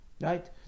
Right